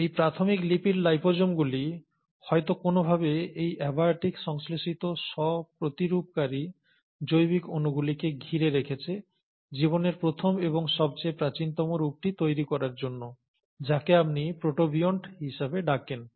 এই প্রাথমিক লিপিড লাইপোসোমগুলি হয়ত কোনভাবে এই অ্যাবায়োটিক্যালি সংশ্লেষিত স্ব প্রতিরূপকারী জৈবিক অণুগুলিকে ঘিরে রেখেছে জীবনের প্রথম এবং সবচেয়ে প্রাচীনতম রূপটি তৈরি করার জন্য যাকে আপনি প্রোটোবিয়ন্ট হিসাবে ডাকেন